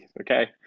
okay